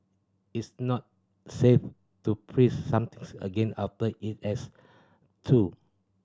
it's not safe to freeze somethings again after it has thawed